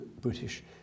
British